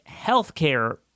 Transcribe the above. healthcare